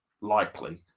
likely